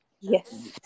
Yes